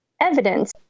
evidence